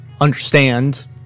understand